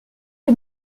que